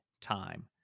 time